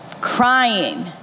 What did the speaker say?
crying